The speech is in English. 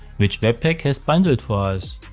which webpack has bundled for us.